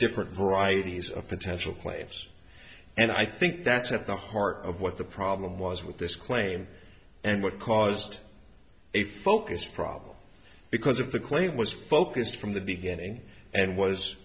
different varieties of potential plaintiffs and i think that's at the heart of what the problem was with this claim and what caused a focus problem because of the claim was focused from the beginning and was